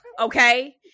Okay